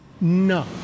No